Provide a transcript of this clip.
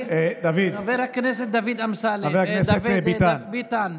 חבר הכנסת דוד אמסלם, חבר הכנסת דוד ביטן.